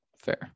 fair